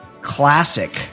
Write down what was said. classic